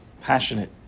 passionate